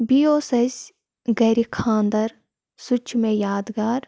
بیٚیہِ اوس اَسہِ گَرِ خانٛدَر سُہ تہِ چھُ مےٚ یادگار